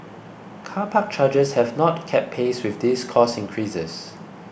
car park charges have not kept pace with these cost increases